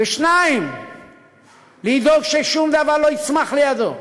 2. לדאוג ששום דבר לא יצמח לידו,